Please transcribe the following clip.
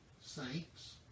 saints